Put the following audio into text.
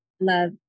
love